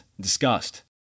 discussed